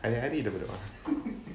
hari-hari dia berdoa